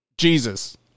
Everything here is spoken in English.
Jesus